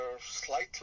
slightly